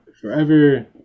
forever